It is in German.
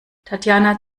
tatjana